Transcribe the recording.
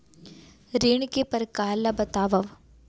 ऋण के परकार ल बतावव?